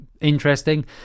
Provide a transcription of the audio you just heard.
Interesting